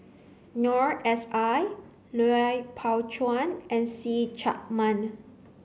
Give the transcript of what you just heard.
Noor S I Lui Pao Chuen and See Chak Mun